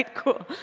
cool.